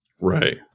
Right